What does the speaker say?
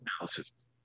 analysis